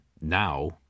now